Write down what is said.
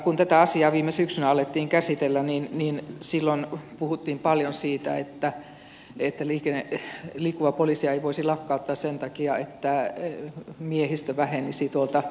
kun tätä asiaa viime syksynä alettiin käsitellä niin silloin puhuttiin paljon siitä että liikkuvaa poliisia ei voisi lakkauttaa sen takia että miehistö vähenisi tuolta kenttätyöstä